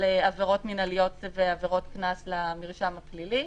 עבירות מנהליות ועבירות קנס למרשם הפלילי,